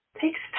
takes